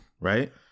right